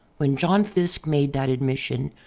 when john fiske made that admission,